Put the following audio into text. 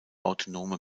autonome